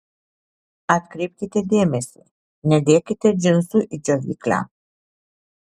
atkreipkite dėmesį nedėkite džinsų į džiovyklę